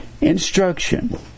Instruction